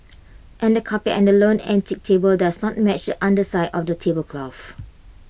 and the carpet and the lone antique table does not match underside of the tablecloth